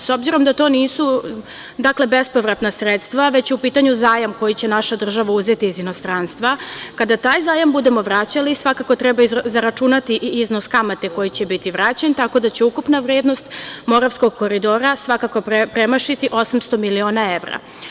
S obzirom da to nisu bespovratna sredstva, već je u pitanju zajam koji će naša država uzeti iz inostranstva, kada taj zajam budemo vraćali svakako trebamo zaračunati i iznos kamate koji će biti vraćen, tako da će ukupna vrednost Moravskog koridora svakako premašiti 800 miliona evra.